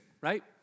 Right